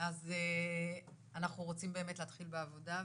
של ועדת העבודה והרווחה.